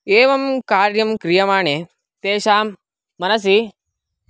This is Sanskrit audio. एवं कार्यं क्रियमाणे तेषां मनसि